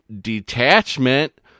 Detachment